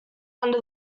under